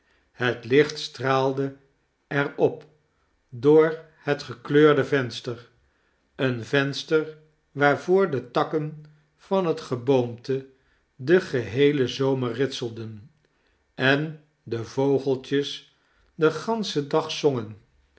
het licht straalde er op door het gekleurde venster een venster waarvoor de takken van het geboomte den geheelen zomer ritselden en de vogeltjes den ganschen dag zongen